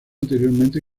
anteriormente